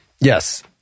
Yes